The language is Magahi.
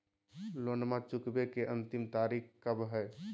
लोनमा चुकबे के अंतिम तारीख कब हय?